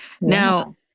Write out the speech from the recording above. Now